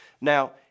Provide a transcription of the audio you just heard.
Now